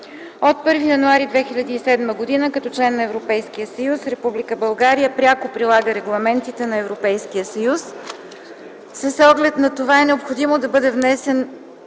От 1 януари 2007 г. като член на Европейския съюз Република България пряко прилага регламентите на Европейския съюз. С оглед на това е необходимо да бъде въведен